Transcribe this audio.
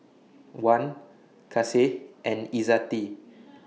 Wan Kasih and Izzati